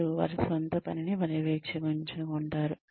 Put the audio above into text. వారు వారి స్వంత పనిని పర్యవేక్షించుకుంటారు